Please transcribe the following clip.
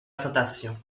tentation